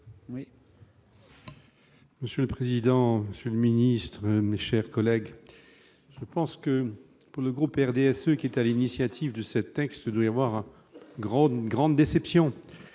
Monsieur le président, Monsieur le Ministre, mes chers collègues, je pense que pour le groupe RDSE, qui est à l'initiative de cet texte doit avoir une grande, une